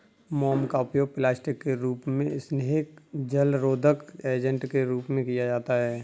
मोम का उपयोग प्लास्टिक के रूप में, स्नेहक, जलरोधक एजेंट के रूप में किया जाता है